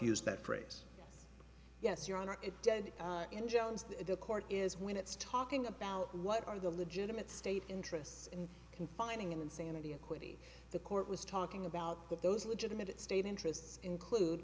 used that phrase yes your honor it did in jones the court is when it's talking about what are the legitimate state interests and confining insanity equity the court was talking about that those are legitimate state interests include